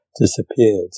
disappeared